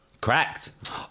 Correct